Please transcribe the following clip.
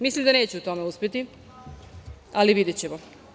Mislim da neće u tome uspeti, ali videćemo.